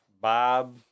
bob